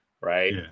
Right